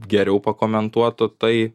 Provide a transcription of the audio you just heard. geriau pakomentuotų tai